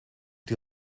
die